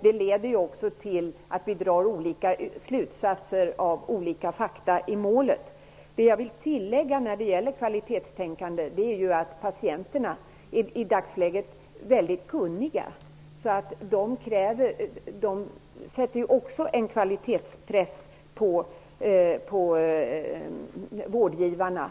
Det leder till att vi drar olika slutsatser av fakta i målet. När det gäller kvalitetstänkande vill jag tillägga att patienterna i dagsläget är mycket kunniga. Det sätter också en kvalitetspress på vårdgivarna.